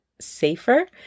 safer